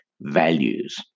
values